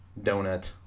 donut